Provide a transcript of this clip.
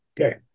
okay